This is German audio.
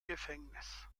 gefängnis